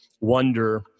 wonder